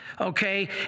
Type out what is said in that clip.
okay